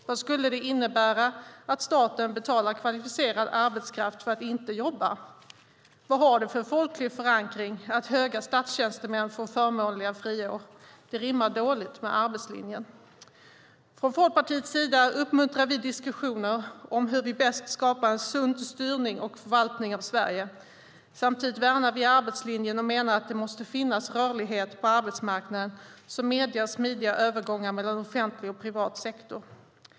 Vad skulle det innebära att staten betalar kvalificerad arbetskraft för att inte jobba? Vad har det för folklig förankring att höga statstjänstemän får förmånliga friår? Det rimmar dåligt med arbetslinjen. Från Folkpartiets sida uppmuntrar vi diskussioner om hur vi bäst skapar en sund styrning och förvaltning av Sverige. Samtidigt värnar vi arbetslinjen och menar att det måste finnas rörlighet på arbetsmarknaden som medger smidiga övergångar mellan offentlig och privat sektor.